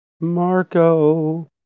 Marco